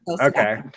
Okay